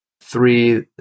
three